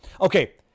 okay